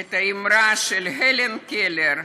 כנראה את האמרה של הלן קלר,